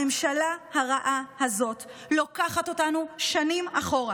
הממשלה הרעה הזאת לוקחת אותנו שנים אחורה.